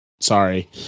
sorry